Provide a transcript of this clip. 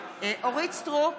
אורית מלכה סטרוק,